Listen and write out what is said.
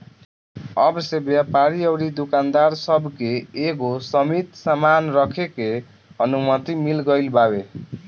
अब से व्यापारी अउरी दुकानदार सब के एगो सीमित सामान रखे के अनुमति मिल गईल बावे